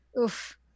oof